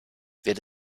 wird